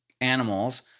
animals